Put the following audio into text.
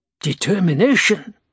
Determination